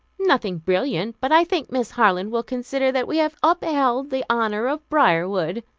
nothing brilliant, but i think miss harland will consider that we have upheld the honor of briarwood.